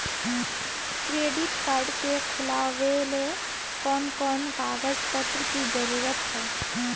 Credit card के खुलावेले कोन कोन कागज पत्र की जरूरत है?